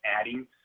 adding